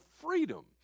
freedom